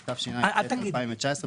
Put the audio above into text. התשע"ט-2019,